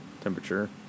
temperature